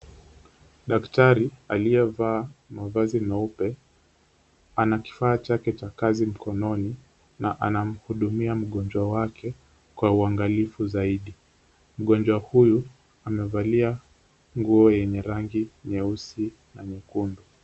Daktari aliyevaa mavazi meupe ana kifaa chake cha kazi mkononi na anamhudumia mgonjwa wake kwa uangalifu zaidi. Mgonjwa huyu amevalia nguo yenye rangi nyeusi na mekundu.